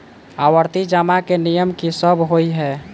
आवर्ती जमा केँ नियम की सब होइ है?